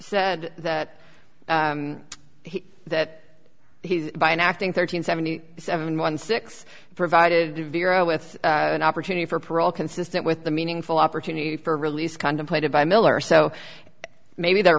said that he that he by enacting thirteen seventy seven one six provided to vero with an opportunity for parole consistent with the meaningful opportunity for release contemplated by miller so maybe they're